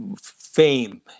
fame